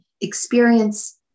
experience